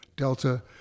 Delta